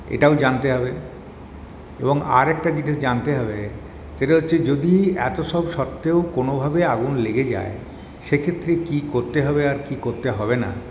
এটাও জানতে হবে এবং আরেকটা যেটা জানতে হবে সেটা হচ্ছে যদি এতসব সত্ত্বেও কোনোভাবে আগুন লেগে যায় সেক্ষেত্রে কি করতে হবে আর কি করতে হবে না